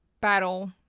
battle